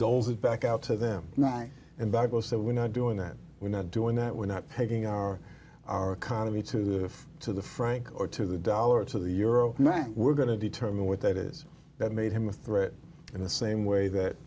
back out to them night and back was that we're not doing that we're not doing that we're not taking our our economy to the to the franc or to the dollar to the euro man we're going to determine what that is that made him a threat in the same way that